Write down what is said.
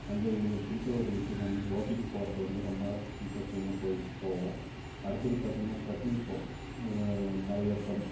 அங்கே எங்களுக்கு பிடிச்ச ஒரு விஷயம் வந்து போட்டிங் போவது வந்து ரொம்ப இன்டெரெஸ்ட்டிங்காக போவோம் அடுத்தது பார்த்திங்கன்னா டிரக்கிங் ஷோ மலையேற்றம்